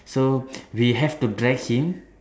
so we have to drag him